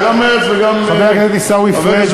חבר הכנסת עיסאווי פריג',